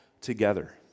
together